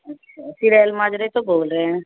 ਅੱਛਾ ਅਸੀਂ ਰੈਲਮਾਜਰੇ ਤੋਂ ਬੋਲ ਰਹੇ ਆ